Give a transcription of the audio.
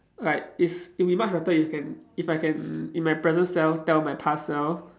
like is it'll be much better if can if I can in my present self tell my past self